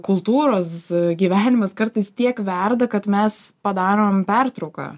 kultūros gyvenimas kartais tiek verda kad mes padarom pertrauką